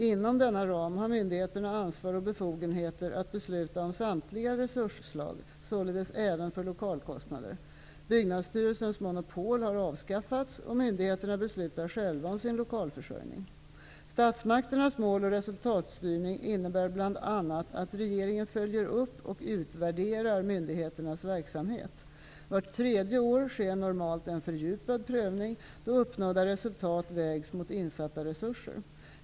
Inom denna ram har myndigheterna ansvar och befogenheter att besluta om samtliga resursslag, således även för lokalkostnader. Byggnadsstyrelsens monopol har avskaffats, och myndigheterna beslutar själva om sin lokalförsörjning. Statsmakternas mål och resultatstyrning innebär bl.a. att regeringen följer upp och utvärderar myndigheternas verksamhet. Vart tredje år sker normalt en fördjupad prövning, då uppnådda resultat vägs mot insatta resurser.